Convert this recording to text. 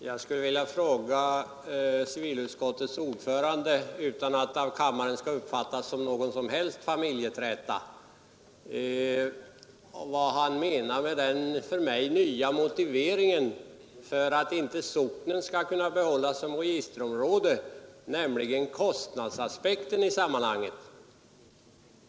Herr talman! Utan att det av kammaren behöver uppfattas som någon familjeträta, vill jag fråga civilutskottets ordförande vad han menar med den för mig nya motiveringen för att inte socknen skall kunna behållas som registerområde, nämligen kostnadsaspekten i sammanhanget.